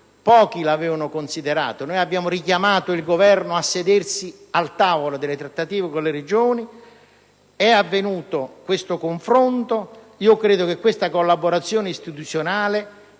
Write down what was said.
pochi lo avevano considerato. Noi abbiamo richiamato il Governo a sedersi al tavolo delle trattative con le Regioni. Il confronto è avvenuto, e credo che questa collaborazione istituzionale